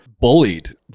bullied